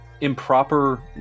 improper